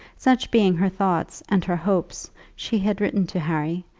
such being her thoughts and her hopes, she had written to harry,